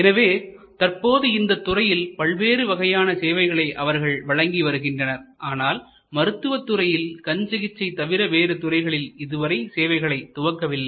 எனவே தற்பொழுது இந்த துறையில் பல்வேறு வகையான சேவைகளை அவர்கள் வழங்கி வருகின்றனர் ஆனால் மருத்துவத்துறையில் கண் சிகிச்சை தவிர வேறு துறைகளில் இதுவரை சேவைகளை துவங்கவில்லை